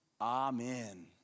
amen